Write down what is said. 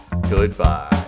Goodbye